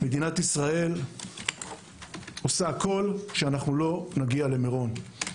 מדינת ישראל עושה הכול כדי שאנחנו לא נגיע למירון.